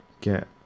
get